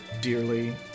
dearly